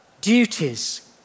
Duties